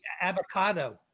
avocado